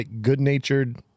good-natured